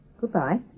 Goodbye